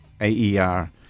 AER